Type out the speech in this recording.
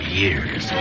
years